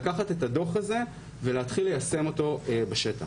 לקחת את הדו"ח זה ולהתחיל ליישם אותו בשטח.